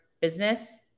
business